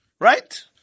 Right